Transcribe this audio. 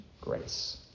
grace